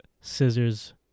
scissors